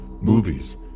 movies